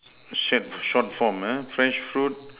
shared short form ah fresh fruit